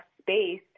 space